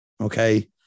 Okay